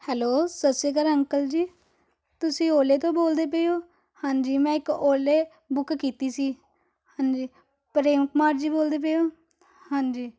hello ਸਤਿ ਸ਼੍ਰੀ ਅਕਾਲ ਅੰਕਲ ਜੀ ਤੁਸੀਂ ਓਲੇ ਤੋਂ ਬੋਲਦੇ ਪਏ ਹੋ ਹਾਂਜੀ ਮੈਂ ਇੱਕ ਓਲੇ ਬੁੱਕ ਕੀਤੀ ਸੀ ਹਾਂਜੀ ਪ੍ਰੇਮ ਕੁਮਾਰ ਜੀ ਬੋਲਦੇ ਪਏ ਹੋ ਹਾਂਜੀ